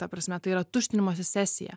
ta prasme tai yra tuštinimosi sesija